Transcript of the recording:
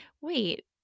wait